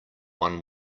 one